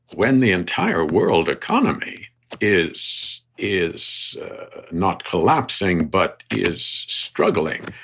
when the entire world economy is is not collapsing, but is struggling.